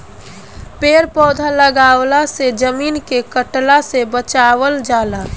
पेड़ पौधा लगवला से जमीन के कटला से बचावल जाला